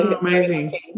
Amazing